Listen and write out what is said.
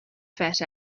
fat